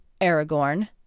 Aragorn